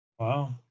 wow